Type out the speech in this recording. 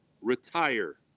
retire